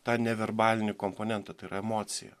tą neverbalinį komponentą tai yra emociją